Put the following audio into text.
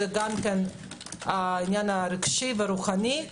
זה גם העניין הרגשי והרוחני,